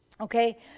Okay